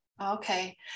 Okay